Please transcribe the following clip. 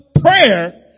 prayer